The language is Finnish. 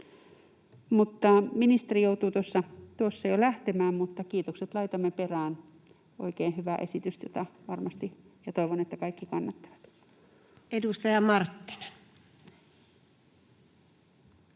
Ministeri joutui tuossa jo lähtemään, mutta kiitokset laitamme perään — oikein hyvä esitys, jota toivon kaikkien kannattavan. Edustaja Marttinen.